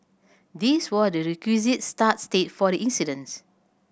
this were the requisite start state for the incidents